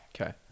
Okay